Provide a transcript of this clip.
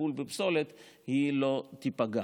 בטיפול בפסולת לא תיפגע.